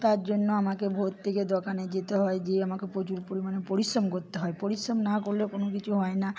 তার জন্য আমাকে ভোর থেকে দোকানে যেতে হয় যেয়ে আমাকে প্রচুর পরিমাণে পরিশ্রম করতে হয় পরিশ্রম না করলে কোনও কিছু হয় না